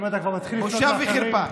בושה וחרפה.